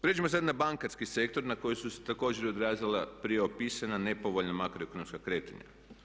Pređimo sad na bankarski sektor na koji su se također odrazila prije opisana nepovoljna makroekonomska kretanja.